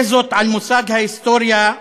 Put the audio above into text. "תזות על מושג ההיסטוריה",